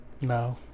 No